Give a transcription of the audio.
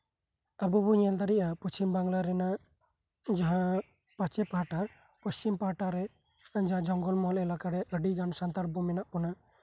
ᱟᱵᱚ ᱵᱚᱱ ᱧᱮᱞ ᱫᱟᱲᱮᱭᱟᱜᱼᱟ ᱯᱚᱥᱪᱷᱤᱢ ᱵᱟᱝᱞᱟ ᱨᱮᱭᱟᱜ ᱯᱚᱥᱪᱷᱤᱢ ᱯᱟᱦᱟᱴᱟᱨᱮ ᱡᱚᱝᱜᱚᱢᱚᱦᱚᱞ ᱮᱞᱟᱠᱟᱨᱮ ᱟᱹᱰᱤᱜᱟᱱ ᱥᱟᱱᱛᱟᱲ ᱠᱚ ᱢᱮᱱᱟᱜ ᱵᱚᱱᱟ